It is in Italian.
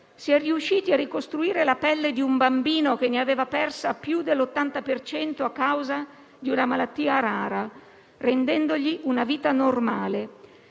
si è riusciti a ricostruire la pelle di un bambino che ne aveva persa più dell'80 per cento a causa di una malattia rara, rendendogli una vita normale.